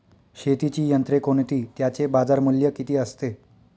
शेतीची यंत्रे कोणती? त्याचे बाजारमूल्य किती असते?